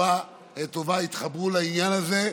בצורה טובה, התחברו לעניין הזה.